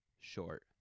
short